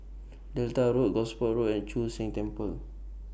Delta Road Gosport Road and Chu Sheng Temple